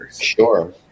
Sure